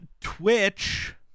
Twitch